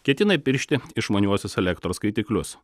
ketina įpiršti išmaniuosius elektros skaitiklius